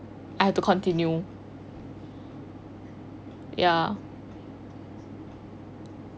I have to continue ya